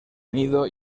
unido